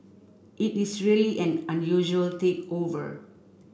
it is really an unusual takeover